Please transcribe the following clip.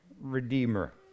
Redeemer